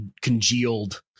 congealed